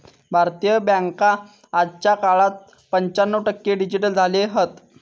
भारतीय बॅन्का आजच्या काळात पंच्याण्णव टक्के डिजिटल झाले हत